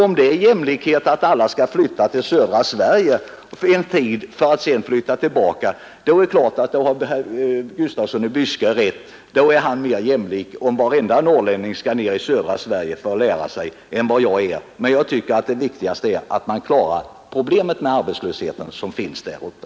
Om det är jämlikhet att alla norrlänningar skall flytta till södra Sverige för en tid för att sedan flytta tillbaka, då är det klart att herr Gustafsson i Byske har rätt, och då är han mera för jämlikhet än vad jag är. Men jag tycker att det viktigaste är att man klarar problemet med arbetslösheten där uppe.